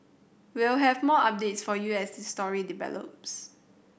we'll have more updates for you as this story develops